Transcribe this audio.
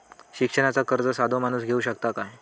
शिक्षणाचा कर्ज साधो माणूस घेऊ शकता काय?